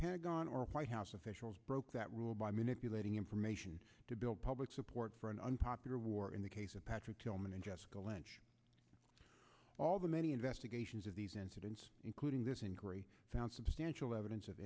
pentagon or white house officials broke that rule by manipulating information to build public support for an unpopular war in the case of patrick tillman and jessica lynch all the many investigations of these incidents including this inquiry found substantial evidence of